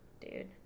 Dude